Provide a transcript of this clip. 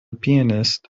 pianist